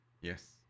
Yes